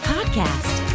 Podcast